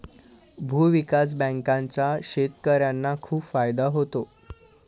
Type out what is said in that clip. भूविकास बँकांचा शेतकर्यांना खूप फायदा होतो